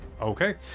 Okay